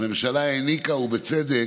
הממשלה העניקה, ובצדק,